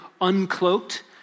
uncloaked